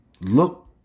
Look